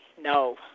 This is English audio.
no